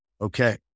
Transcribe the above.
Okay